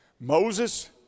Moses